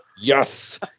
yes